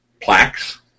plaques